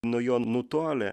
nuo jo nutolę